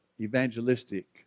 evangelistic